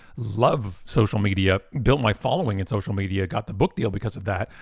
love social media, built my following in social media, got the book deal because of that.